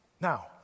Now